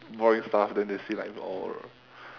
boring stuff then they see like oh